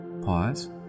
Pause